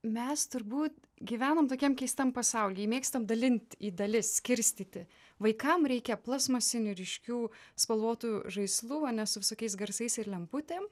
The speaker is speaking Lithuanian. mes turbūt gyvenam tokiam keistam pasauly mėgstam dalint į dalis skirstyti vaikam reikia plastmasinių ryškių spalvotų žaislų ane su visokiais garsais ir lemputėm